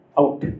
out